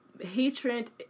hatred